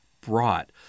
brought